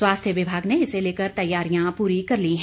स्वास्थ्य विभाग ने इसे लेकर तैयारियां पूरी कर ली हैं